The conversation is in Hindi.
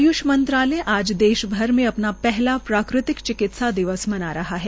आय्ष मंत्रालय आज देशभर में अपना पहला प्राकृतिक चिकित्सा दिवस मना रहा है